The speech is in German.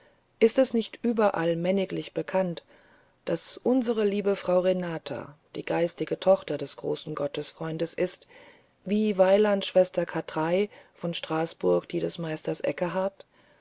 ist es nicht überall männiglich bekannt daß unsere liebe frau renata die geistige tochter des großen gottesfreundes ist wie weiland schwester katrei von straßburg die des meister eckehart